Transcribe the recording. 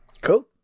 Cool